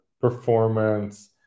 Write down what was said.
performance